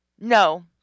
No